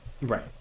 right